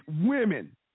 women